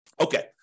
Okay